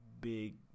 big